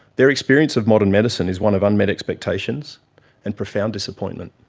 their experience of modern medicine is one of unmet expectations and profound disappointment.